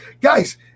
guys